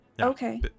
Okay